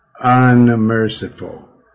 unmerciful